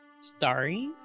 Starry